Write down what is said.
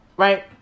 Right